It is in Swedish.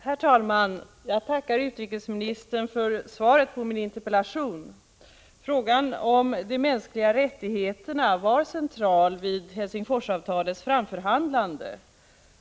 Herr talman! Jag tackar utrikesministern för svaret på min interpellation. Frågan om de mänskliga rättigheterna var central vid Helsingforsavtalets framförhandlande.